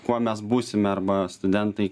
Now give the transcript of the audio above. kuo mes būsime arba studentai